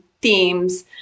themes